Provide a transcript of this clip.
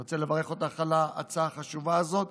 אני רוצה לברך אותך על ההצעה החשובה הזאת,